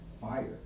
fire